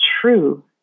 true